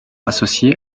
associé